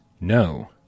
No